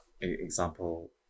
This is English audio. example